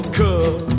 cup